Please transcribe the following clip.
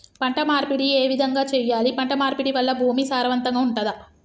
పంట మార్పిడి ఏ విధంగా చెయ్యాలి? పంట మార్పిడి వల్ల భూమి సారవంతంగా ఉంటదా?